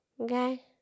Okay